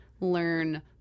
learn